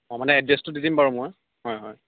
মই মানে এড্ৰেছটো দি দিম বাৰু মই হয় হয়